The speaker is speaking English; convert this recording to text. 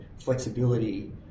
flexibility